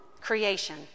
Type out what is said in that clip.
creation